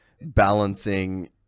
balancing